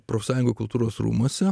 profsąjungų kultūros rūmuose